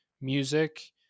music